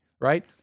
right